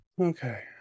Okay